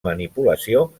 manipulació